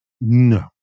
No